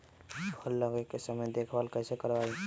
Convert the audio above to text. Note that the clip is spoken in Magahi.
फल लगे के समय देखभाल कैसे करवाई?